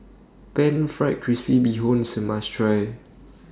Pan Fried Crispy Bee Hoon IS A must Try